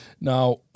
now